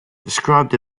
described